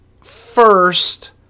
first